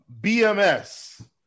BMS